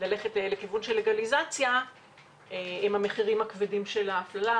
ללכת לכיוון של לגליזציה הם המחירים הכבדים של ההפללה.